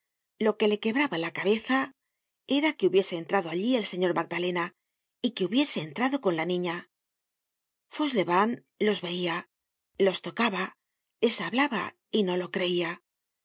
lo que le quebraba la cabeza era que hubiese entrado allí el señor magdalena y que hubiese entrado con la niña fauchelevent los veia los tocaba les hablaba y no lo creia